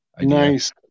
Nice